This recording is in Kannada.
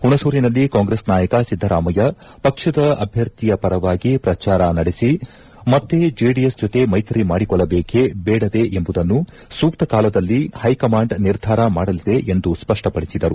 ಹುಣಸೂರಿನಲ್ಲಿ ಕಾಂಗ್ರೆಸ್ ನಾಯಕ ಸಿದ್ದರಾಮಯ್ಯ ಪಕ್ಷದ ಅಧ್ವರ್ಥಿಯ ಪರವಾಗಿ ಪ್ರಚಾರ ನಡೆಸಿ ಮತ್ತೇ ಜೆಡಿಎಸ್ ಜೊತೆ ಮೈತ್ರಿ ಮಾಡಿಕೊಳ್ಳಬೇಕೆ ದೇಡವೇ ಎಂಬುದನ್ನು ಸೂಕ್ತ ಕಾಲದಲ್ಲಿ ಹೈಕಮಾಂಡ್ ನಿರ್ಧಾರ ಮಾಡಲಿದೆ ಎಂದು ಸ್ಪಪ್ಪಪಡಿಸಿದರು